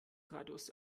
radius